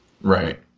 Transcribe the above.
right